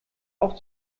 auch